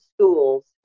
schools